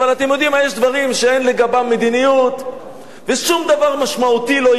הרי יש דברים שאין לגביהם מדיניות ושום דבר משמעותי לא יקרה,